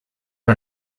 are